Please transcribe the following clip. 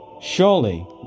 Surely